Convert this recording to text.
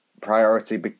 priority